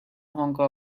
honker